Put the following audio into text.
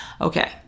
Okay